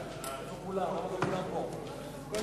ההצעה להעביר את הצעת חוק יישום תוכנית ההתנתקות (תיקון מס' 2) (פיצוי